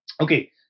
Okay